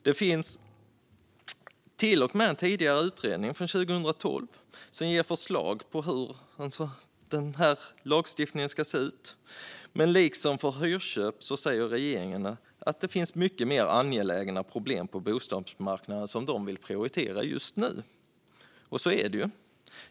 Det finns till och med en tidigare utredning från 2012 som ger förslag på hur lagstiftningen ska se ut. Men liksom när det gäller hyrköp säger regeringen att det finns mycket mer angelägna problem på bostadsmarknaden som de vill prioritera just nu, och så är det ju.